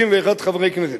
61 חברי כנסת,